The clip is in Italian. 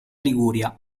liguria